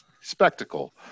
spectacle